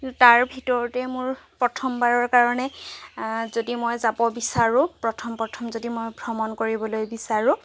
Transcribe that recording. তাৰ ভিতৰতে মোৰ প্ৰথম বাৰৰ কাৰণে যদি মই যাব বিচাৰো প্ৰথম প্ৰথম যদি মই ভ্ৰমণ কৰিবলৈ বিচাৰো